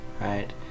right